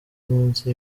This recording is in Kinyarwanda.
munsi